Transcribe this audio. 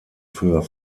für